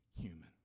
human